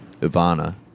Ivana